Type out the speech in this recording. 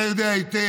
אתה יודע היטב